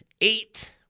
eight